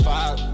Five